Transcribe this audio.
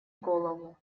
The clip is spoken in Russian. голову